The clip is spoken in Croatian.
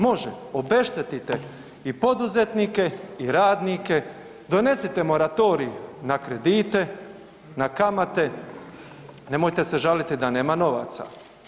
Može, obeštetite i poduzetnike i radnike, donesite moratorij na kredite, na kamate, nemojte se žaliti da nema novaca.